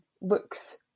looks